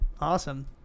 Awesome